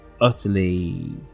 utterly